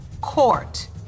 court